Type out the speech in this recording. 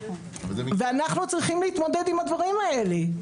ואנחנו צריכים להתמודד עם הדברים האלה.